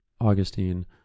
augustine